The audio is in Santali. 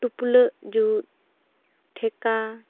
ᱴᱩᱯᱞᱟᱹᱜ ᱡᱩᱛ ᱴᱷᱮᱠᱟ